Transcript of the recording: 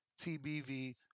TBV